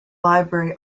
library